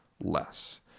less